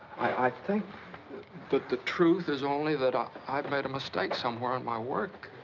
i i think that the truth is only that i-i've made a mistake somewhere in my work.